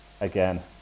again